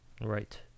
Right